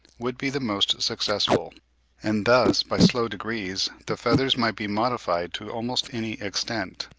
would be the most successful and thus by slow degrees the feathers might be modified to almost any extent.